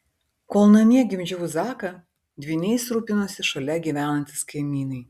kol namie gimdžiau zaką dvyniais rūpinosi šalia gyvenantys kaimynai